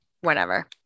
whenever